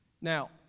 Now